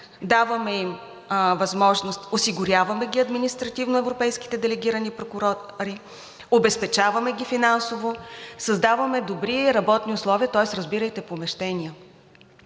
даваме им възможност, осигуряваме ги административно европейските делегирани прокурори, обезпечаваме ги финансово, създаваме добри работни условия, тоест разбирайте помещения.